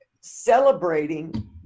celebrating